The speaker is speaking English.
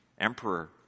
emperor